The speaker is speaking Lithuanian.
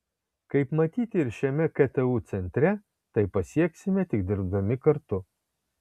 kaip matyti ir šiame ktu centre tai pasieksime tik dirbdami kartu